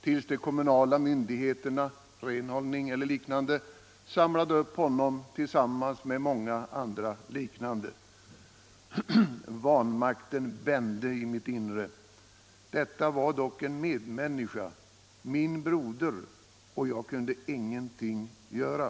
till dess de kommunala myndigheterna, ren Torsdagen den hållning eller liknande, samlade upp honom tillsammans med många 12 december 1974 andra döda. Vanmakten bände i mitt inre. Detta var dock en medmänniska, min broder, och jag kunde ingenting göra!